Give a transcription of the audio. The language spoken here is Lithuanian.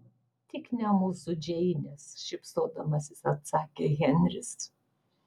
tik ne mūsų džeinės šypsodamasis atsakė henris